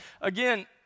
Again